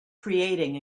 creating